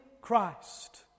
Christ